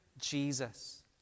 Jesus